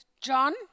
John